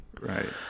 right